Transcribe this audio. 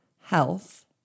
health